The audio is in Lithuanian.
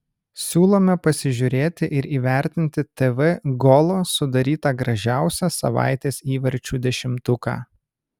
siūlome pasižiūrėti ir įvertinti tv golo sudarytą gražiausią savaitės įvarčių dešimtuką